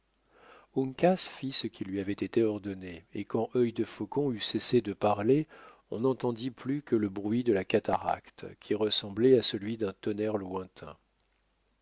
fit ce qui lui avait été ordonné et quand œil defaucon eut cessé de parler on n'entendit plus que le bruit de la cataracte qui ressemblait à celui d'un tonnerre lointain